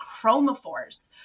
chromophores